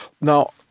Now